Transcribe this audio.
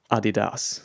Adidas